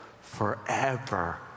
forever